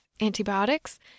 antibiotics